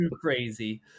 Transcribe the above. crazy